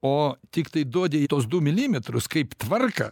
o tiktai duodi tuos du milimetrus kaip tvarką